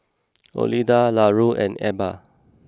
Olinda Larue and Ebba